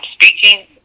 speaking